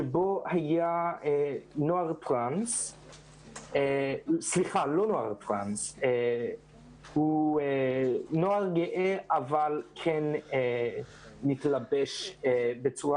שהיה נער גאה שמתלבש בצורה